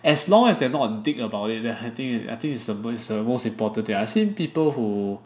as long as they are not a dick about it then I think I think it's the most important thing I've seen people who